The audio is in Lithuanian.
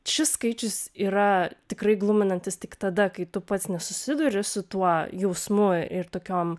šis skaičius yra tikrai gluminantis tik tada kai tu pats nesusiduri su tuo jausmu ir tokiom